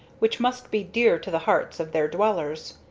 which must be dear to the hearts of their dwellers.